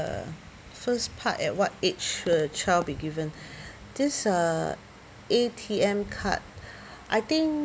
err first part at what age should a child be given this uh A_T_M card I think